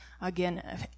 again